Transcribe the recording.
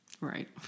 Right